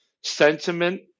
sentiment